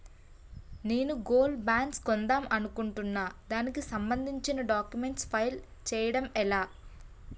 నేను gold bonds కొందాం అనుకుంటున్నా దానికి సంబందించిన డాక్యుమెంట్స్ ఫిల్ చేయడం ఎలా?